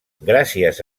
gràcies